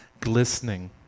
glistening